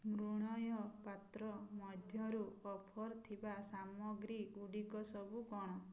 ମୃଣ୍ମୟ ପାତ୍ର ମଧ୍ୟରୁ ଅଫର୍ ଥିବା ସାମଗ୍ରୀଗୁଡ଼ିକ ସବୁ କ'ଣ